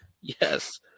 Yes